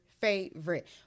favorite